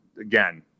Again